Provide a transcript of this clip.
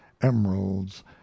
emeralds